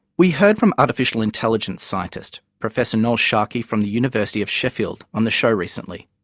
we heard from artificial intelligence scientist professor noel sharkey from the university of sheffield on the show recently.